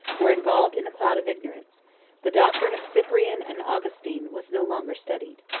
were involved in a cloud of ignorance the doctrine of cyprian and augustin was no longer studied.